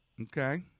Okay